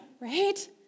right